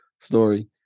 story